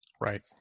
Right